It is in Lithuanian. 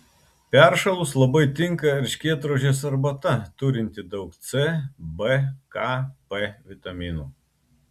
peršalus labai tinka erškėtrožės arbata turinti daug c b k p vitaminų